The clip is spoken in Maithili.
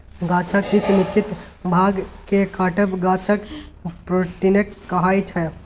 गाछक किछ निश्चित भाग केँ काटब गाछक प्रुनिंग कहाइ छै